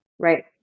Right